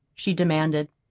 she demanded.